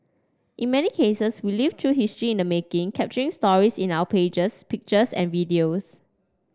in many cases we live through history in the making capturing stories in our pages pictures and videos